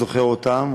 הוא זוכר אותן.